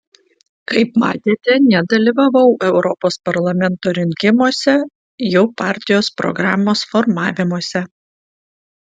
kaip matėte nedalyvavau europos parlamento rinkimuose jų partijos programos formavimuose